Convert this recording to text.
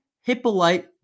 Hippolyte